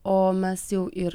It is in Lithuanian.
o mes jau ir